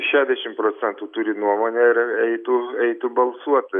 šešiasdešimt procentų turi nuomonę ir eitų eitų balsuot